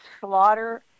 Slaughter